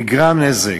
נגרם נזק.